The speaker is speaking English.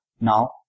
Now